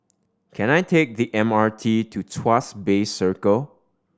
can I take the M R T to Tuas Bay Circle